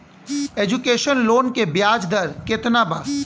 Education loan के ब्याज दर केतना बा?